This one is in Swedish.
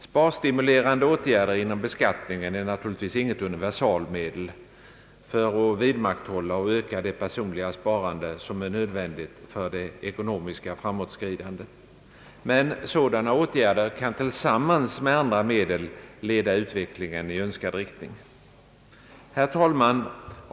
Sparstimulerande åtgärder inom beskattningen är naturligtvis inget universalmedel för att vidmakthålla och öka det personliga sparandet som är nödvändigt för det ekonomiska framåtskridandet. Men sådana åtgärder kan tillsammans med andra medel leda utvecklingen i önskad riktning. Herr talman!